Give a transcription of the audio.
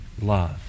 love